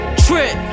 trip